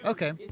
Okay